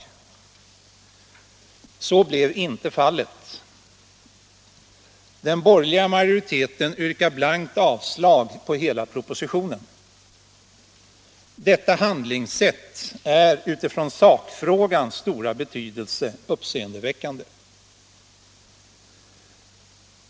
Så blev inte fallet. Den borgerliga majoriteten yrkar blankt avslag på hela propositionen. Detta handlingssätt är med hänsyn till sakfrågans stora betydelse uppseendeväckande.